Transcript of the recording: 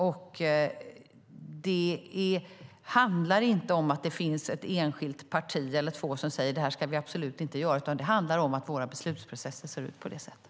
Det handlar inte om att det finns ett enskilt parti eller två som säger att det här ska vi absolut inte göra, utan det handlar om att våra beslutsprocesser ser ut på det sättet.